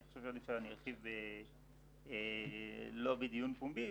ואני חושב שעדיף שאני ארחיב לא בדיון פומבי.